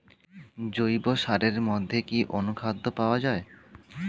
জৈব সারের মধ্যে কি অনুখাদ্য পাওয়া যায়?